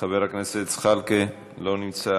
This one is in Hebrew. חבר הכנסת זחאלקה, אינו נוכח,